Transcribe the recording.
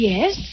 Yes